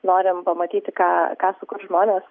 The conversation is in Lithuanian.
norim pamatyti ką ką sukurs žmonės